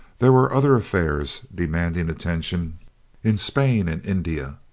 there were other affairs demanding attention in spain and india.